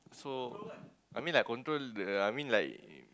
so I mean like control the I mean like